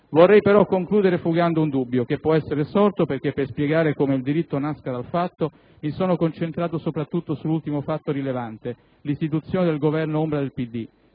Vorrei però concludere fugando un dubbio che può essere sorto perché, per spiegare come il diritto nasca dal fatto, mi sono concentrato sull'ultimo fatto rilevante, l'istituzione del Governo ombra del PD.